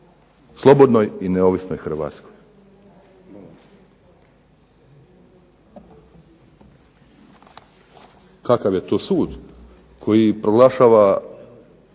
neovisnoj i slobodnoj Hrvatskoj. Kakav je to sud koji proglašava,